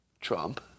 Trump